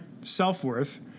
self-worth